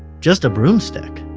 just a broomstick